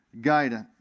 guidance